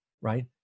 right